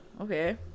okay